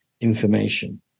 information